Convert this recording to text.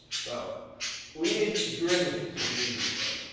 so we did derivatives. we didn't do slope.